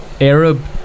Arab